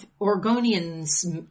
Oregonian's